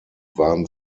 waren